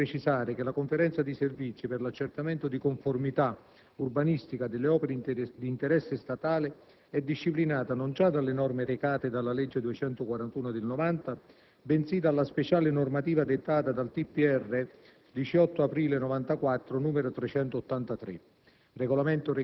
corre l'obbligo di precisare che la conferenza di servizi per l'accertamento di conformità urbanistica delle opere di interesse statale è disciplinata non già dalle norme recate dalla legge n. 241 del 1990, bensì dalla speciale normativa dettata dal decreto del